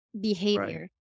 behavior